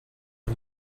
per